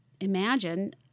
imagine